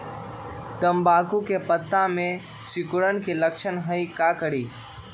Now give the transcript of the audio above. तम्बाकू के पत्ता में सिकुड़न के लक्षण हई का करी?